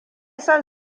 son